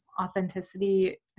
authenticity